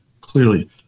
clearly